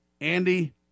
Andy